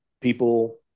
people